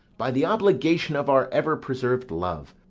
by the obligation of our ever-preserved love,